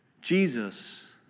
Jesus